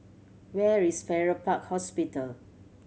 where is Farrer Park Hospital